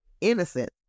innocent